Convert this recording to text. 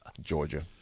Georgia